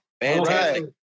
Fantastic